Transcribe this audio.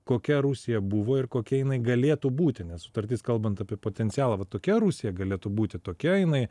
kokia rusija buvo ir kokia jinai galėtų būti nes sutartis kalbant apie potencialą va tokia rusija galėtų būti tokia jinai